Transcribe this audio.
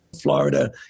Florida